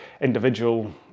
individual